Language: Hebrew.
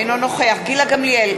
אינו נוכח גילה גמליאל,